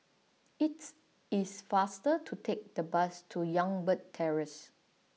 it is faster to take the bus to Youngberg Terrace